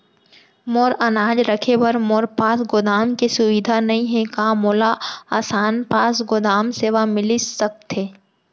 मोर अनाज रखे बर मोर पास गोदाम के सुविधा नई हे का मोला आसान पास गोदाम सेवा मिलिस सकथे?